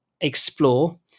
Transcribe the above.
explore